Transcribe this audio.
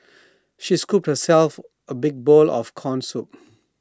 she scooped herself A big bowl of Corn Soup